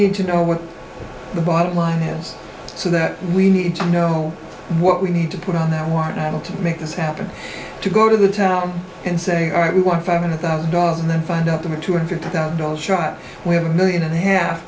need to know what the bottom line is so that we need to know what we need to put on that wattle to make this happen to go to the town and say i want five hundred thousand dollars and then find out i'm a two hundred thousand dollars shop we have a million and a half